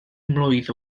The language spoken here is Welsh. mlwydd